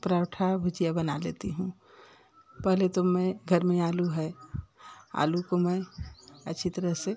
परांठा भुजिया बना लेती हूँ पहले तो मैं घर में आलू है आलू को मैं अच्छी तरह से